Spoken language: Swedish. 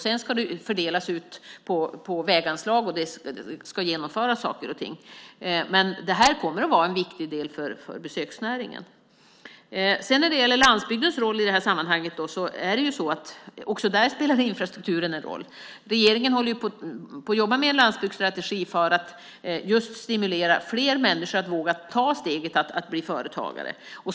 Sedan ska de fördelas ut på väganslag, och saker och ting ska genomföras. Men detta kommer att vara en viktig del för besöksnäringen. När det gäller landsbygdens roll i detta sammanhang spelar infrastrukturen en roll även där. Regeringen håller på att jobba med en landsbygdsstrategi för att just stimulera fler människor att våga ta steget att bli företagare.